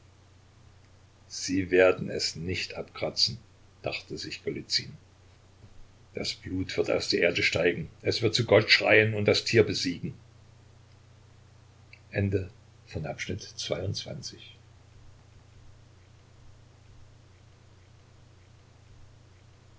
sie werden es nicht abkratzen dachte sich golizyn das blut wird aus der erde steigen es wird zu gott schreien und das tier besiegen